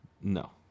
No